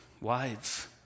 Wives